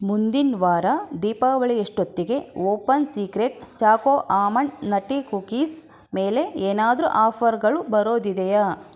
ಮುಂದಿನ ವಾರ ದೀಪಾವಳಿಯಷ್ಟೊತ್ತಿಗೆ Open Secret choco almond nutty cookies ಮೇಲೆ ಏನಾದರೂ ಆಫರ್ಗಳು ಬರೋದಿದೆಯಾ